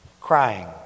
crying